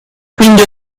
quindi